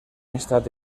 estat